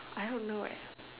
I hope not